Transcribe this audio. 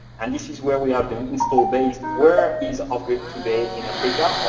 and this is where we're doing install based where is off-grid today in africa? or,